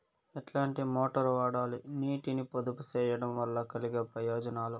ఎట్లాంటి మోటారు వాడాలి, నీటిని పొదుపు సేయడం వల్ల కలిగే ప్రయోజనాలు?